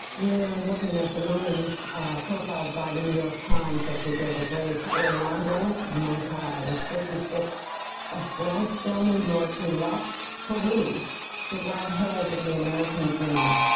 we're looking at the names profiled by the new york times as we go to break. orlando mankata was fifty six of bronxville, new york. he left peru to grab hold of the american dream.